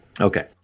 Okay